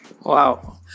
Wow